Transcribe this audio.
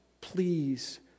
please